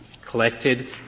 collected